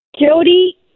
Jody